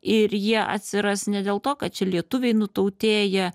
ir jie atsiras ne dėl to kad čia lietuviai nutautėja